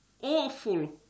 awful